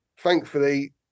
Thankfully